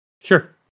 Sure